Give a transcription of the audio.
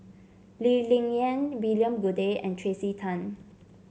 Lee Ling Yen William Goode and Tracey Tan